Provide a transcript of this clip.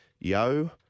Yo